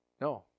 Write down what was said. No